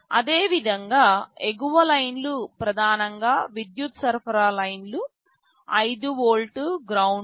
అదేవిధంగా ఎగువ లైన్లు ప్రధానంగా విద్యుత్ సరఫరా లైన్లు 5 వోల్ట్ గ్రౌండ్ 3